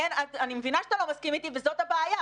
אני מבינה שאתה לא מסכים אתי וזאת הבעיה.